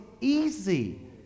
easy